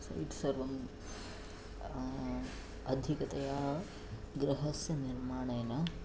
set सर्वम् अधिकतया गृहस्य निर्माणेन